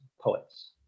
poets